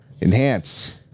Enhance